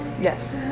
Yes